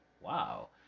Wow